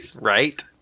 Right